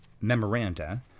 memoranda